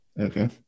Okay